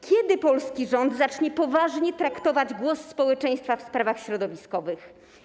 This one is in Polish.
Kiedy polski rząd zacznie poważnie traktować głos społeczeństwa w sprawach środowiskowych?